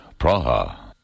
Praha